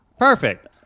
Perfect